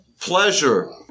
pleasure